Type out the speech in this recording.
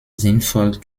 sinnvoll